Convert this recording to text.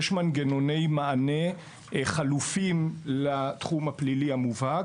ישנם מנגנוני מענה חלופיים לתחום הפלילי המובהק,